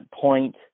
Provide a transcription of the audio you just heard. point